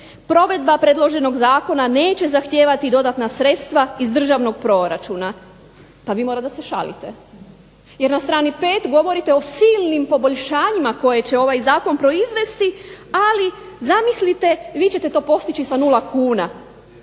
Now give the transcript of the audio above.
"Provedba predloženog zakona neće zahtijevati dodatna sredstva iz državnog proračuna". Pa vi mora da se šalite? Jer na strani 5. govorite o silnim poboljšanjima koje će ovaj zakon proizvesti, ali zamislite vi ćete to postići sa nula kuna.